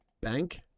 Bank